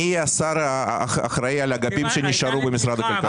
מי השר האחראי על האגפים שנשארו במשרד הכלכלה?